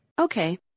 Okay